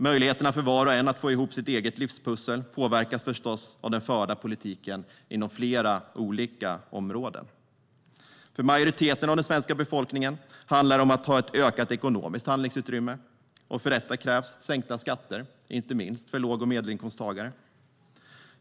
Möjligheterna för var och en att få ihop sitt eget livspussel påverkas förstås av den förda politiken inom flera olika områden. För majoriteten av den svenska befolkningen handlar det om att ha ett ökat ekonomiskt handlingsutrymme. För detta krävs sänkta skatter, inte minst för låg och medelinkomsttagare.